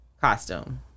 costume